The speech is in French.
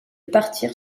partir